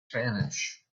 spanish